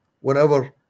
whenever